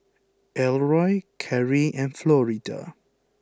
Elroy Karri and Florida